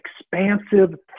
expansive